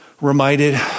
reminded